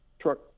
truck